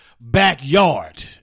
Backyard